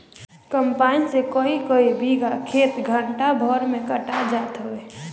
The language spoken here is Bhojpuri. कम्पाईन से कईकई बीघा खेत घंटा भर में कटात जात हवे